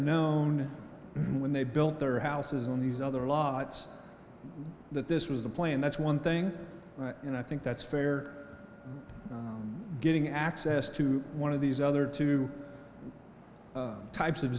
known when they built their houses on these other lots that this was a plan that's one thing and i think that's fair getting access to one of these other two types of